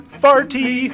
farty